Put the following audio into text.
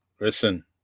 listen